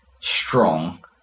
strong